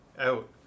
out